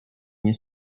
nie